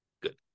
Good